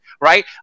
right